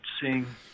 seeing